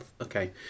okay